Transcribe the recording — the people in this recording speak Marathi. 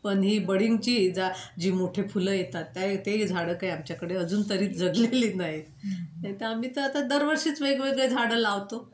पण ही बडिंगची जा जी मोठे फुलं येतात त्या ते झाडं काही आमच्याकडे अजून तरी जगलेली नाहीत नाही तर आम्ही तर आता दरवर्षीच वेगवेगळे झाडं लावतो